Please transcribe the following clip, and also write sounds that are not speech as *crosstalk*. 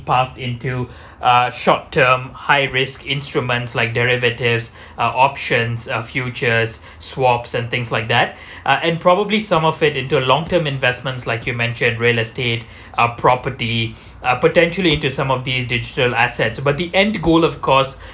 pumped into uh short term high risk instruments like derivatives are options uh futures swap and things like that *breath* uh and probably some of it into long term investments like you mentioned real estate uh property uh potentially into some of these digital assets but the end goal of course